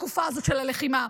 בתקופה הזאת של הלחימה.